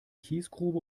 kiesgrube